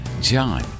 John